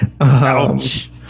Ouch